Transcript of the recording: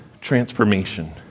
transformation